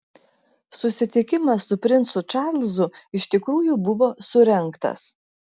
susitikimas su princu čarlzu iš tikrųjų buvo surengtas